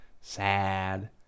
sad